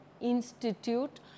institute